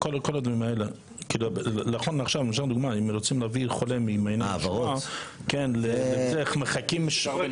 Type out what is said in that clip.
אם לדוגמה רוצים להעביר חולה ממעייני הישועה לבית חולים אחר,